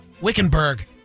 Wickenburg